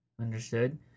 understood